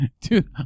Dude